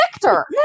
Victor